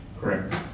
Correct